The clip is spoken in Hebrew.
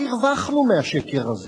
מה הרווחנו מהשקר הזה?